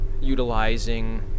utilizing